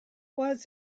was